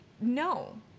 no